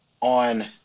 on